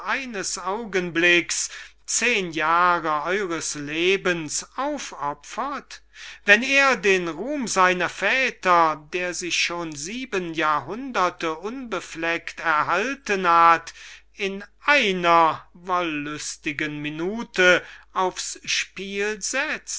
eines augenblicks zehn jahre eures lebens aufopfert wenn er den ruhm seiner väter der sich schon sieben jahrhunderte unbefleckt erhalten hat in einer wollüstigen minute aufs spiel setzt